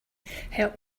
help